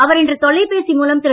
அவர் இன்று தொலைபேசி மூலம் திரு